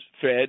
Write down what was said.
fed